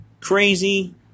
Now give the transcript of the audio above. crazy